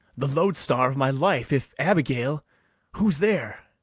the loadstar of my life, if abigail who's there?